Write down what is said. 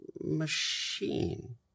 machine